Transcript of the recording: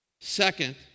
Second